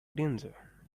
danger